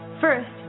First